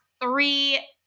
three